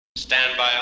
Standby